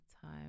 time